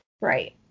Right